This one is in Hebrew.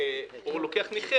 הוא מסיע נכה